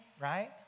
right